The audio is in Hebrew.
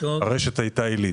הרשת הייתה עילית.